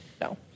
No